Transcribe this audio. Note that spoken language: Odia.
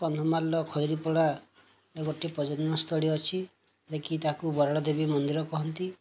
କନ୍ଧମାଳର ଖଇରୀପଡ଼ାରେ ଗୋଟିଏ ପର୍ଯ୍ୟଟନସ୍ଥଳୀ ଅଛି ଯିଏକି ତାକୁ ବରାଳ ଦେବୀ ମନ୍ଦିର କୁହନ୍ତି